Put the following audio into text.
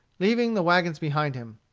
leaving the wagons behind him.